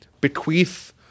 bequeath